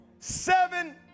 Seven